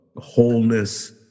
wholeness